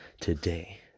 today